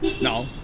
No